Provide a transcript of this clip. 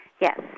Yes